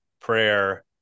prayer